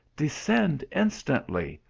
descend instantly,